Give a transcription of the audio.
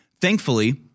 thankfully